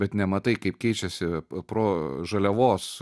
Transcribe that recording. bet nematai kaip keičiasi pro žaliavos